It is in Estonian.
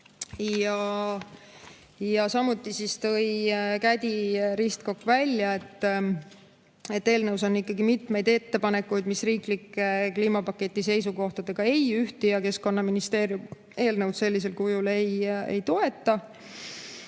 Samuti tõi Kädi Ristkok välja, et eelnõus on mitmeid ettepanekuid, mis riiklike kliimapaketi seisukohtadega ei ühti ja Keskkonnaministeerium eelnõu sellisel kujul ei toeta.